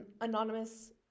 anonymous